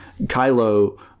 Kylo